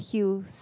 heels